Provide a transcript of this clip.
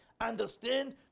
understand